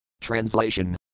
Translation